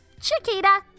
Chiquita